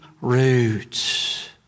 roots